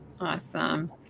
Awesome